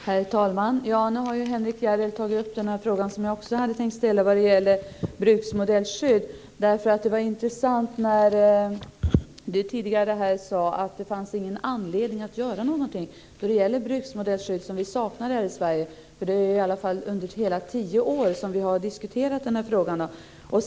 Herr talman! Nu har Henrik Järrel tagit upp den fråga som också jag hade tänkt ställa om bruksmodellskydd. Jag tyckte att det var intressant när Anders Berglöv tidigare här sade att det inte finns någon anledning att göra någonting när det gäller bruksmodellskydd som vi saknar här i Sverige, för det är i alla fall under hela tio år som vi har diskuterat frågan.